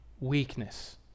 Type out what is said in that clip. weakness